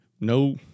No